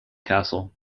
castle